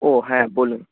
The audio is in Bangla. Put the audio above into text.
ও হ্যাঁ বলুন